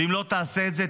ואם לא תעשה את זה,